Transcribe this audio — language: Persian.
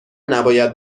نباید